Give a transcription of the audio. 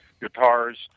guitars